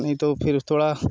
नहीं तो फिर थोड़ा